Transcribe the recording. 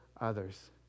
others